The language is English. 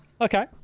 Okay